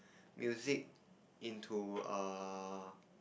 music into err